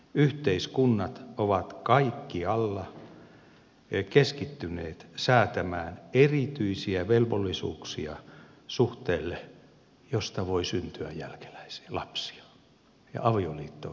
yhteiskunnat ovat kaikkialla keskittyneet säätämään erityisiä velvollisuuksia suhteelle josta voi syntyä lapsia ja avioliitto on sellainen